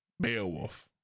Beowulf